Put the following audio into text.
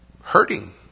hurting